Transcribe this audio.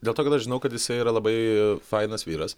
dėl to kad aš žinau kad jisai yra labai fainas vyras